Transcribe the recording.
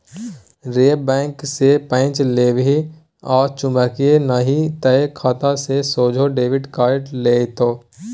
रे बैंक सँ पैंच लेबिही आ चुकेबिही नहि तए खाता सँ सोझे डेबिट कए लेतौ